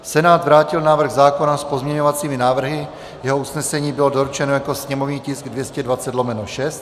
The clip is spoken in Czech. Senát vrátil návrh zákona s pozměňovacími návrhy, jeho usnesení bylo doručeno jako sněmovní tisk 220/6.